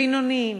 בינוניים,